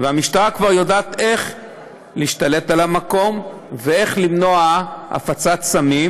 המשטרה כבר יודעת איך להשתלט על המקום ואיך למנוע הפצת סמים,